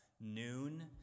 noon